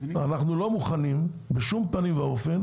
אנחנו לא מוכנים בשום פנים ואופן